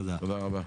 תודה.